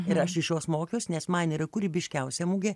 ir aš iš jos mokiaus nes man yra kūrybiškiausia mugė